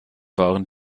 waren